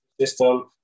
system